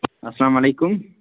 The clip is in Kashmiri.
اَسلامُ علیکُم